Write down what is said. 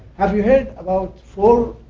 have you heard about four